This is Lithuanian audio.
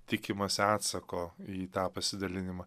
tikimasi atsako į tą pasidalinimą